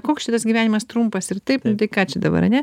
koks šitas gyvenimas trumpas ir taip nu tai ką čia dabar ane